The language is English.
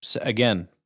again